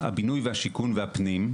הבינוי והשיכון והפנים,